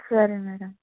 సరే మ్యాడమ్